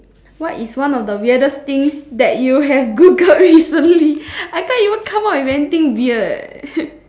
what is one of the weirdest things that you have Googled recently I can't even come up with anything weird